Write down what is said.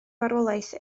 farwolaeth